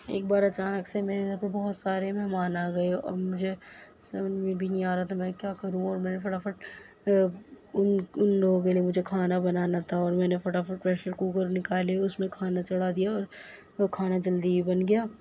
ایک بار اچانک سے میرے گھر پہ بہت سارے مہمان آ گئے اور مجھے سمجھ میں بھی نہیں آ رہا تھا میں کیا کروں اور میں نے فٹافٹ ان ان لوگوں کے لیے مجھے کھانا بنا تھا اور میں نے فٹافٹ پریشر کوکر نکالی اس میں چڑھا دیا اور وہ کھانا جلدی ہی بن گیا